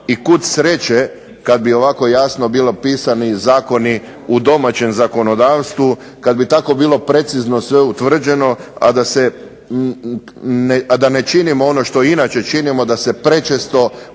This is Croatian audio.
i kud sreće kad bi ovako jasno bilo pisani zakoni u domaćem zakonodavstvu, kad bi tako bilo precizno sve utvrđeno, a da ne činimo ono što inače činimo da se prečesto pozivamo